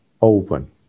Open